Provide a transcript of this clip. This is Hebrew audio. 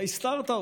הסתרת אותי.